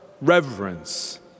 reverence